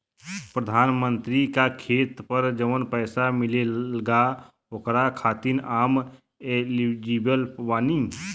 प्रधानमंत्री का खेत पर जवन पैसा मिलेगा ओकरा खातिन आम एलिजिबल बानी?